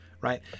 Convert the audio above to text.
right